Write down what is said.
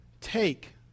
take